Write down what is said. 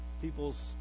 people's